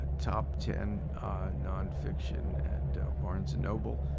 top ten nonfiction at barnes and noble.